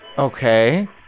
Okay